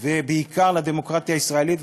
ובעיקר לדמוקרטיה הישראלית,